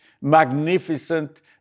magnificent